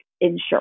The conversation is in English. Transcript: insurance